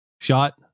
shot